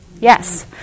yes